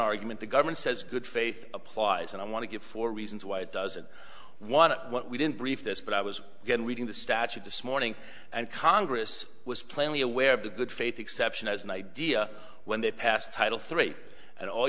argument the government says good faith applies and i want to give four reasons why it doesn't want what we didn't brief this but i was again reading the statute this morning and congress was plainly aware of the good faith exception as an idea when they passed title three and all